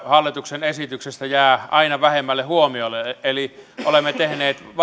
hallituksen esityksestä jää aina vähemmälle huomiolle eli olemme tehneet